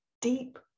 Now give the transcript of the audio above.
deep